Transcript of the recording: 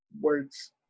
words